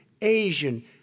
Asian